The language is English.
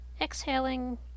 exhaling